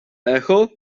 echo